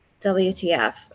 wtf